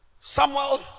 Samuel